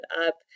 up